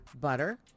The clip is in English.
butter